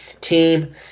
team